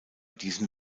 diesen